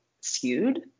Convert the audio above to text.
skewed